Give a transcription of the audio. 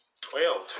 Twelve